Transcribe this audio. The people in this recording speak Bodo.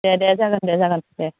दे दे जागोन दे जागोन दे